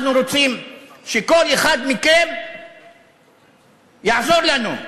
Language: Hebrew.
אנחנו רוצים שכל אחד מכם יעזור לנו,